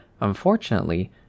Unfortunately